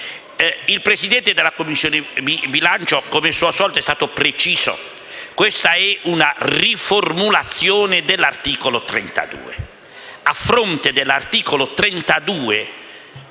Il Presidente della Commissione bilancio, come suo solito, è stato preciso: questa è una riformulazione dell'articolo 32;